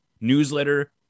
newsletter